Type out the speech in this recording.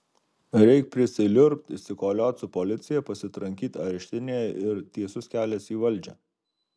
reik prisiliurbt išsikoliot su policija pasitrankyt areštinėje ir tiesus kelias į valdžią